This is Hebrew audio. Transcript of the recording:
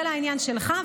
זה לעניין שלך,